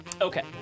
okay